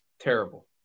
terrible